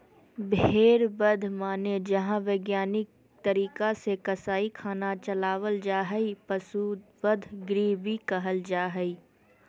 भेड़ बध माने जहां वैधानिक तरीका से कसाई खाना चलावल जा हई, पशु वध गृह भी कहल जा हई